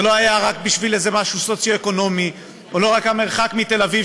לא היו רק איזה משהו סוציו-אקונומי ולא רק המרחק מתל אביב,